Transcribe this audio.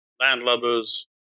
landlubbers